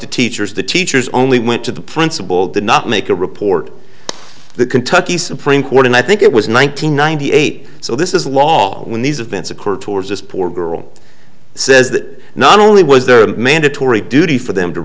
to teachers the teachers only went to the principal did not make a report the kentucky supreme court and i think it was one nine hundred ninety eight so this is the law when these events occur towards this poor girl says that not only was there a mandatory duty for them to